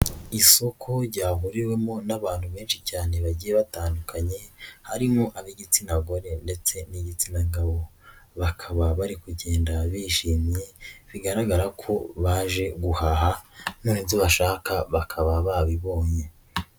Isoko ryahuriwemo n'abantu benshi cyane bagiye batandukanye harimo ab'igitsina gore ndetse n'ibitsina gabo, bakaba bari kugenda bishimye bigaragara ko baje guhaha none ibyo bashaka bakaba babibonye.